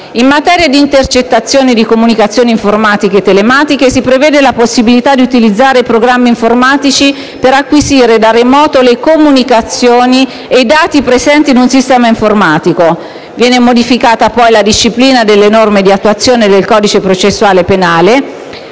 In materia di intercettazioni di comunicazioni informatiche e telematiche, si prevede la possibilità di utilizzare programmi informatici per acquisire da remoto le comunicazioni e i dati presenti in un sistema informatico. Viene modificata, poi, la disciplina delle norme di attuazione del codice processuale penale: